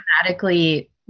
automatically